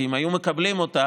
כי אם היו מקבלים אותה,